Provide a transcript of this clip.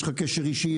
יש לך קשר אישי,